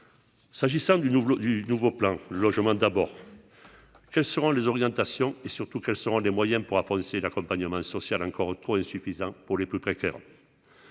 s'agissant du nouveau du nouveau plan logement d'abord quelles seront les orientations et surtout quels seront les moyens pour apprécier l'accompagnement social encore trop insuffisants pour les plus précaires,